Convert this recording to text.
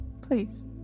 please